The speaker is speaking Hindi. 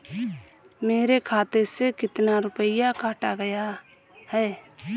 मेरे खाते से कितना रुपया काटा गया है?